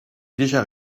déjà